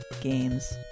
games